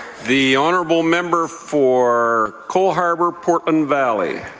the honourable member for coal harbour portland valley.